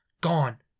gone